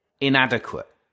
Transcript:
inadequate